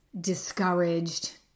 discouraged